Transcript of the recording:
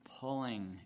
pulling